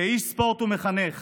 כאיש ספורט ומחנך